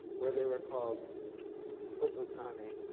where they were called publicani,